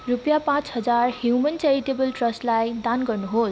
रुपियाँ पाँच हजार ह्युमन च्यारिटेबल ट्रस्टलाई दान गर्नुहोस्